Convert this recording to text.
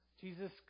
Jesus